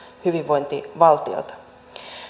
hyvinvointivaltiota